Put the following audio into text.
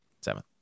Seven